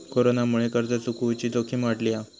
कोरोनामुळे कर्ज चुकवुची जोखीम वाढली हा